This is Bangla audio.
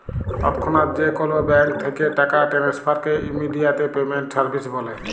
তৎক্ষনাৎ যে কোলো ব্যাংক থ্যাকে টাকা টেনেসফারকে ইমেডিয়াতে পেমেন্ট সার্ভিস ব্যলে